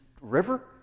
river